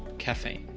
caffeine.